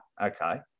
Okay